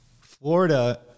Florida